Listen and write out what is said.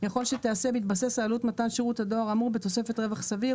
יכול שתיעשה בהתבסס על עלות מתן שירות הדואר האמור בתוספת רווח סביר,